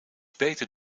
beter